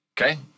Okay